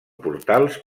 portals